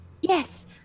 Yes